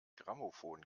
grammophon